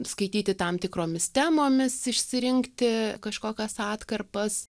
skaityti tam tikromis temomis išsirinkti kažkokias atkarpas